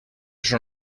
són